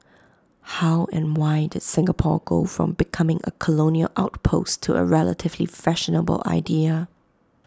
how and why did Singapore go from becoming A colonial outpost to A relatively fashionable idea